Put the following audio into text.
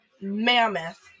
mammoth